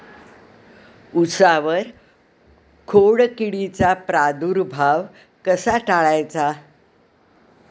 उसावर खोडकिडीचा प्रादुर्भाव कसा टाळायचा?